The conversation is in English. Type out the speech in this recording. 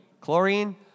chlorine